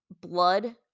Blood